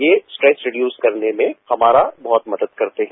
ये stress reduce करने में हमारा बहुत मदद करते हैं